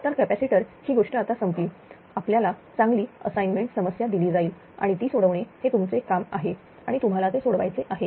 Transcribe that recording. तर कपॅसिटर ही गोष्टआता संपली आहे आपल्याला चांगली असाइनमेंट समस्या दिली जाईल आणि ती सोडवणे हे तुमचे काम आहे आणि तुम्हाला ते सोडवायचे आहे